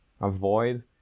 Avoid